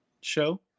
show